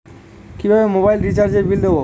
কিভাবে মোবাইল রিচার্যএর বিল দেবো?